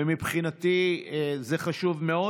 ומבחינתי זה חשוב מאוד.